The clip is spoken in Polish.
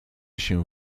się